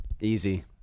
Easy